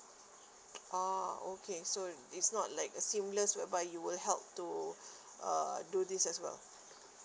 ah okay so it's not like a seamless whereby you will help to uh do this as well